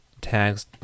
tags